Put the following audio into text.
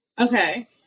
Okay